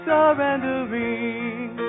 Surrendering